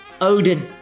Odin